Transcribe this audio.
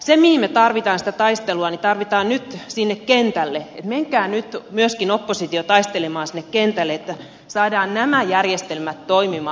me tarvitsemme taistelua nyt sinne kentälle niin että menkää nyt myöskin oppositio taistelemaan sinne kentälle jotta saadaan nämä järjestelmät toimimaan